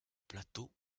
plateaux